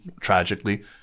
tragically